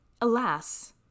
alas